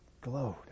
glowed